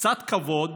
קצת כבוד.